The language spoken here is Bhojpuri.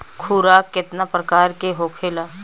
खुराक केतना प्रकार के होखेला?